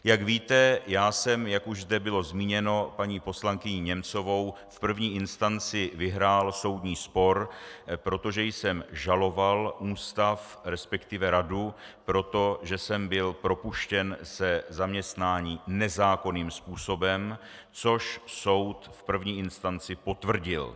Jak víte, já jsem, jak už zde bylo zmíněno paní poslankyní Němcovou, v první instanci vyhrál soudní spor, protože jsem žaloval ústav, respektive radu proto, že jsem byl propuštěn ze zaměstnání nezákonným způsobem, což soud v první instanci potvrdil.